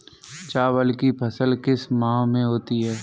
चावल की फसल किस माह में होती है?